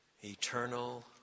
Eternal